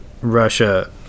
Russia